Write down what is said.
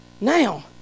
Now